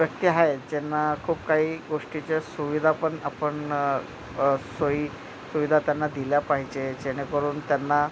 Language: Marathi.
व्यक्ती आहे ज्यांना खूप काही गोष्टीच्या सुविधापण आपण सोयी सुविधा त्यांना दिल्या पाहिजे जेणेकरून त्यांना